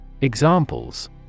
Examples